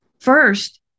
First